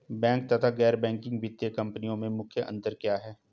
Bank तथा गैर banking वित्तीय कंपनियों में मुख्य अंतर क्या है?